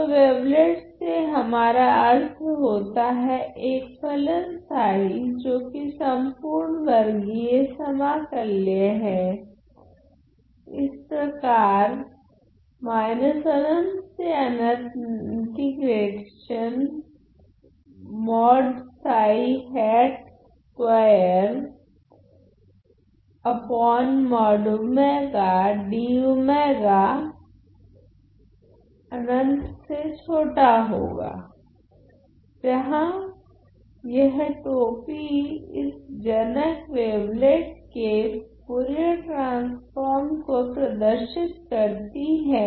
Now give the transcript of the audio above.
तो वेवलेट से हमारा अर्थ होता हैं एक फलन जो कि सम्पूर्ण वर्गीय समाकल्य है ie इस प्रकार जहां यह टोपी इस जनक वेवलेट के फुरियर ट्रान्स्फ़ोर्म को प्रदर्शित करती हैं